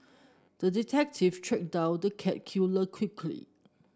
the detective tracked down the cat killer quickly